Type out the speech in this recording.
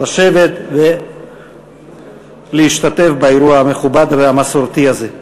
לשבת ולהשתתף באירוע המכובד והמסורתי הזה.